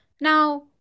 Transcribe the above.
Now